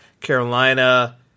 Carolina